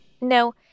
No